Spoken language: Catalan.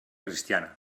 cristiana